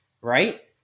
right